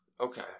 Okay